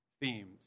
themes